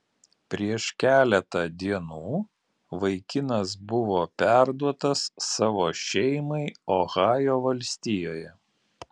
prieš keletą dienų vaikinas buvo perduotas savo šeimai ohajo valstijoje